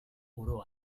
oro